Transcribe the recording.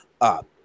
up